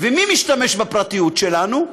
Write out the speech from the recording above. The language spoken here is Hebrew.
ומי משתמש בפרטיות שלנו,